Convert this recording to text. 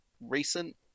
recent